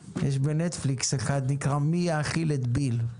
בנטפליקס יש תוכנית שנקראת "מי יאכיל את ביל?",